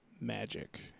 magic